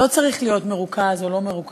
לא צריך להיות מרוכז או לא מרוכז,